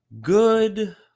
Good